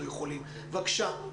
אנחנו מבינים שזה לא רק סיפור להחזיר